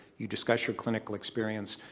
you discuss your clinical experience,